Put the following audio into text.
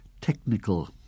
technical